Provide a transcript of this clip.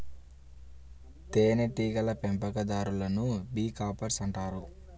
తేనెటీగల పెంపకందారులను beekeepers అంటారు